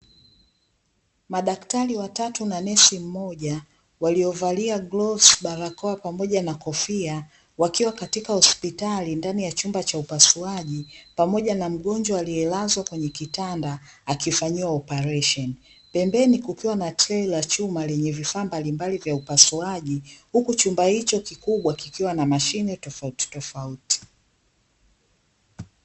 Madaktari watatu na nesi mmoja waliovalia glovzi, barakoa pamoja na kofia wakiwa katika hospitali ndani ya chumba cha upasuaji pamoja na mgonjwa aliyelazwa kwenye kitanda akifanyiwa oparesheni, pembeni kukiwa na trei la chuma lenye vifaa mbalimbali vya upasuaji huku chumba hicho kikubwa kikiwa na mashine tofauti tofauti.